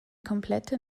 komplette